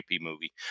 movie